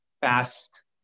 fast